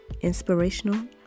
Inspirational